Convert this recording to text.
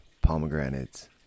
pomegranates